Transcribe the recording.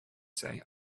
say